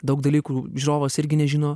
daug dalykų žiūrovas irgi nežino